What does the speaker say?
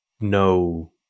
no